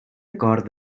acord